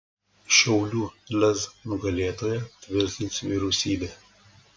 šiaulių lez nugalėtoją tvirtins vyriausybė